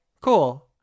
Cool